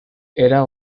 era